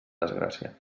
desgràcia